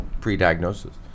pre-diagnosis